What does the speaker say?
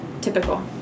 Typical